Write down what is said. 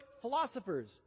philosophers